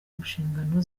nshingano